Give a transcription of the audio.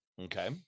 Okay